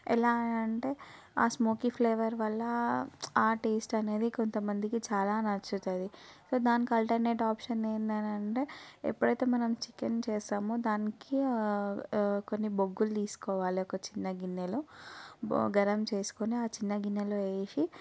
ఎలా అంటే ఆ స్మోకీ ఫ్లేవర్ వల్ల ఆ టేస్ట్ అనేది కొంత మందికి చాలా నచ్చుతుంది దానికి ఆల్టర్నేట్ ఆప్షన్ ఏంటి అని అంటే ఎప్పుడైతే మన చికెన్ చేస్తామో దానికి కొన్ని బొగ్గులు తీసుకోవాలి ఒక చిన్న గిన్నెలో గరం చేసుకొని ఆ చిన్న గిన్నెలో వేసి